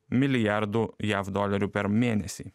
milijardų jav dolerių per mėnesį